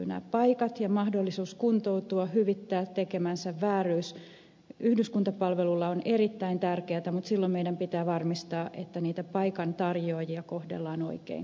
nämä paikat ja mahdollisuus kuntoutua hyvittää tekemänsä vääryys yhdyskuntapalvelulla ovat erittäin tärkeitä asioita mutta silloin meidän pitää varmistaa että niitä paikan tarjoajia kohdellaan oikein ja hyvin